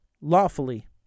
lawfully